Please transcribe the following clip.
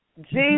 Jesus